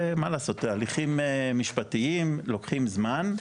זה מה לעשות הליכים משפטיים לוקחים זמן.